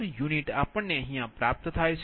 u મલે છે